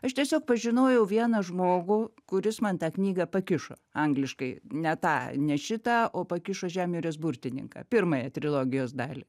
aš tiesiog pažinojau vieną žmogų kuris man tą knygą pakišo angliškai ne tą ne šitą o pakišo žemjūrės burtininką pirmąją trilogijos dalį